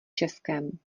českém